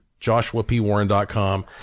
JoshuaPWarren.com